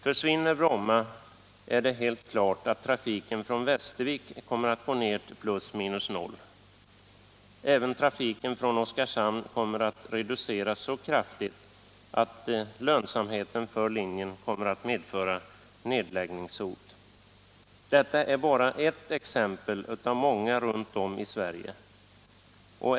Försvinner Bromma är det helt klart att trafiken från Västervik kommer att gå ned till noll. Även trafiken från Oskarshamn kommer att reduceras så kraftigt att lönsamheten för linjen kommer att medföra nedläggningshot. Detta är bara ett exempel av många runt om i Sverige.